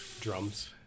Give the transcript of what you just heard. drums